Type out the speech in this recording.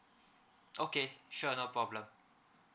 okay sure no problem